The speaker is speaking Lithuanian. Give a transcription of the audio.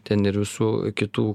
ten ir visų kitų